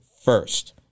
first